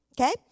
Okay